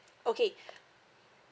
okay